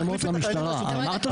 לתת את השמות למשטרה, אמרת שדיברת איתם.